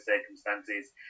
circumstances